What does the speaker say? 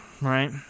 right